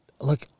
look